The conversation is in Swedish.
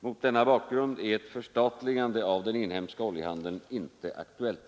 Mot denna bakgrund är ett förstatligande av den inhemska oljehandeln inte aktuellt.